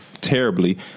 Terribly